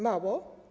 Mało?